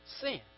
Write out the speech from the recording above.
sin